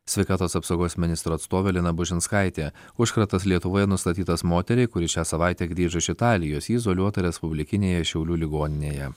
sveikatos apsaugos ministro atstovė lina bušinskaitė užkratas lietuvoje nustatytas moteriai kuri šią savaitę grįžo iš italijos ji izoliuota respublikinėje šiaulių ligoninėje